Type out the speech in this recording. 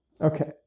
Okay